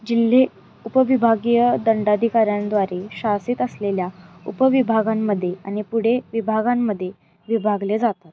जिल्हे उपविभागीय दंडाधिकाऱ्यांद्वारे शासित असलेल्या उपविभागांमध्ये आणि पुढे विभागांमध्ये विभागले जातात